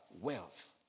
wealth